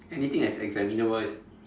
anything that's examinable is